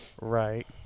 Right